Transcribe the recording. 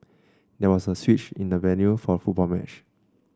there was a switch in the venue for the football match